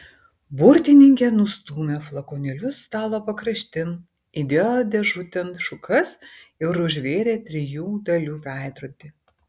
burtininkė nustūmė flakonėlius stalo pakraštin įdėjo dėžutėn šukas ir užvėrė trijų dalių veidrodį